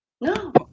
No